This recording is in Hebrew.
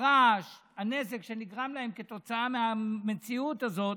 בגלל הרעש והנזק שנגרמו להם כתוצאה מהמציאות הזאת,